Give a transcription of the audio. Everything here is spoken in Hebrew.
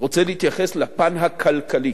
ואני רוצה להתייחס לפן הכלכלי.